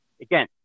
Again